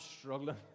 struggling